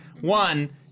One